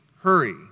hurry